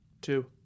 Two